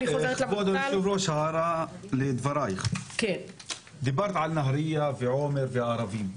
הערה לדבריך, דברת על נהריה, עומר והערבים.